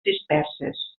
disperses